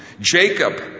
Jacob